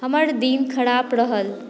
हमर दिन खराप रहल